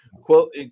quote